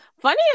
funny